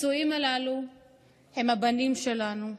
הפצועים הללו הם הבנים שלנו,